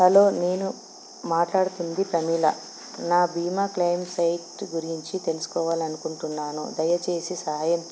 hello నేను మాట్లాడుతుంది ప్రమీల నా బీమా క్లెయిమ్ సైట్ గురించి తెలుసుకోవాలి అనుకుంటున్నాను దయచేసి సాయం